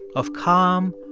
of calm,